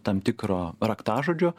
tam tikro raktažodžio